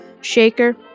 Shaker